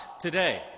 today